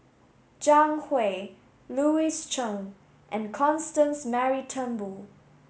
Zhang Hui Louis Chen and Constance Mary Turnbull